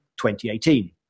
2018